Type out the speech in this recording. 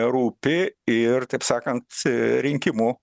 rūpi ir taip sakant rinkimų